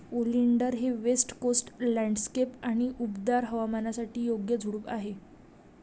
oleander हे west coast landscape आणि उबदार हवामानासाठी योग्य झुडूप आहे